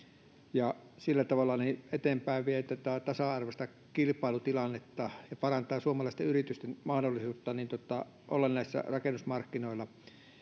ja sillä tavalla vie eteenpäin tasa arvoista kilpailutilannetta ja parantaa suomalaisten yritysten mahdollisuutta olla näillä rakennusmarkkinoilla